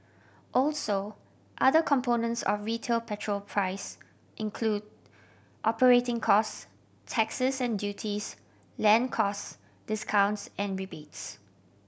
also other components of retail petrol price include operating costs taxes and duties land costs discounts and rebates